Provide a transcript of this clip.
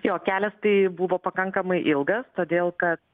jo kelias tai buvo pakankamai ilgas todėl kad